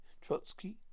Trotsky